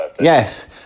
Yes